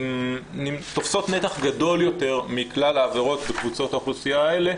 תופסות נתח גדול יותר מכלל העבירות בקבוצות האוכלוסייה האלה,